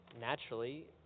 naturally